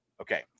Okay